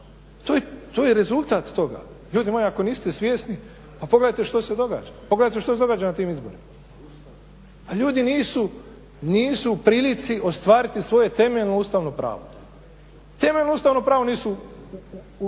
To je rezultat toga. Ljudi moji ako niste svjesni, pa pogledajte što se događa, pogledajte što se događa na tim izborima. Pa ljudi nisu u prilici ostvariti svoje temeljno ustavno pravo, temeljno ustavno pravo nisu u